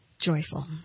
joyful